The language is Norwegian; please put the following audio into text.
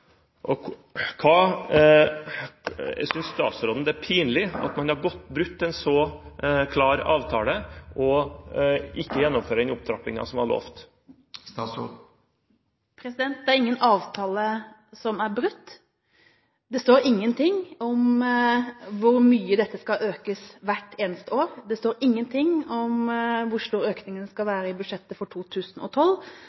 statsråden det er pinlig at man har brutt en så klar avtale og ikke gjennomfører den opptrappingen som var lovt? Det er ingen avtale som er brutt. Det står ingenting om hvor mye dette skal økes hvert eneste år, det står ingenting om hvor stor økningen skal